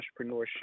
entrepreneurship